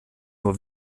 nur